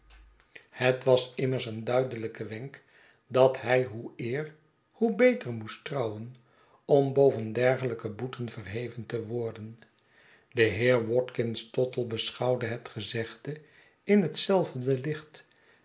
het was immers een duidelijke wenk dat hij hoe eer hoe beter moest trouwen om boven dergelijke boeten verheven te worden de heer watkins tottle beschouwde het gezegde in hetzelfde licht